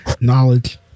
Knowledge